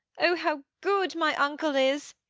oh, how good my uncle is!